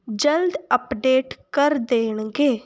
ਜਲਦ ਅਪਡੇਟ ਕਰ ਦੇਣਗੇ